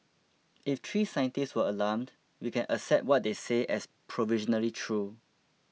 if three scientists are alarmed we can accept what they say as provisionally true